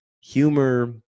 humor